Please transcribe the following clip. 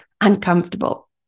uncomfortable